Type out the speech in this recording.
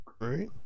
Right